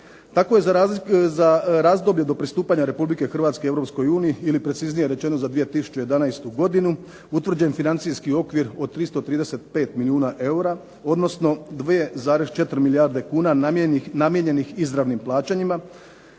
Tako je za razdoblje do pristupanja Republike Hrvatske Europskoj uniji, ili preciznije rečeno za 2011. godinu, utvrđen financijski okvir od 335 milijuna eura, odnosno 2,4 milijarde kuna namijenjenih izravnim plaćanjima